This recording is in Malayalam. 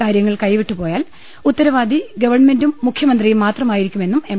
കാര്യങ്ങൾ കൈവിട്ടു പോയാൽ ഉത്തരവാദി ഗവൺമെന്റും മുഖ്യമന്ത്രിയും മാത്രമായി രിക്കുമെന്നും എം